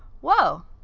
whoa